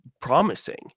promising